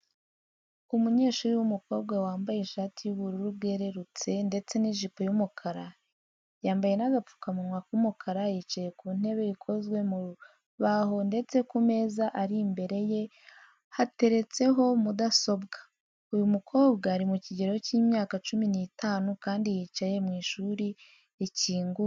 Umunyeshuri w'umukobwa wambaye ishati y'ubururu bwerurutse ndetse n'ijipo y'umukara, yambaye n'agapfukamunwa k'umukara, yicaye ku ntebe ikozwe mu rubaho ndetse ku meza ari imbere ye hateretseho mudasobwa. Uyu mukobwa ari mu kigero cy'imyaka cumi n'itanu kandi yicaye mu ishuri rikinguye.